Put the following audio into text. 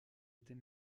était